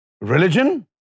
Religion